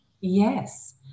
Yes